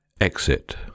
Exit